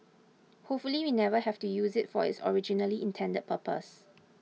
hopefully we never have to use it for its originally intended purpose